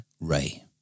Ray